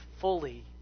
fully